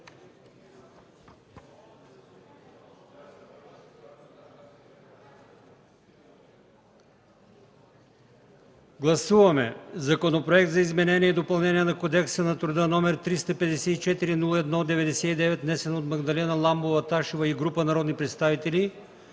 Гласуваме Законопроект за изменение и допълнение на Кодекса на труда, № 354-01-99, внесен от Магдалена Ламбова Ташева и група народни представители